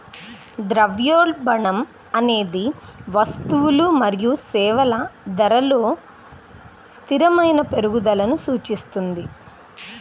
ద్రవ్యోల్బణం అనేది వస్తువులు మరియు సేవల ధరలలో స్థిరమైన పెరుగుదలను సూచిస్తుంది